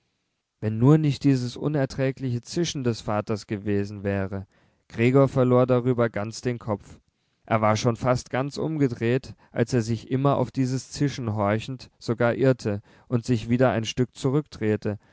wenn nur nicht dieses unerträgliche zischen des vaters gewesen wäre gregor verlor darüber ganz den kopf er war schon fast ganz umgedreht als er sich immer auf dieses zischen horchend sogar irrte und sich wieder ein stück zurückdrehte